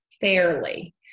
fairly